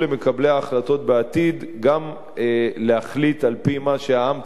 ההחלטות בעתיד גם להחליט על-פי מה שהעם צריך